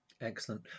excellent